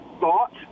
thought